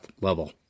level